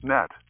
Net